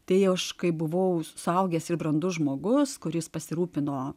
tai aš kai buvau suaugęs ir brandus žmogus kuris pasirūpino